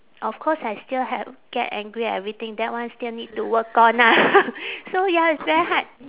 of course I still h~ get angry everything that one still need to work on ah so ya it's very hard